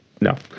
No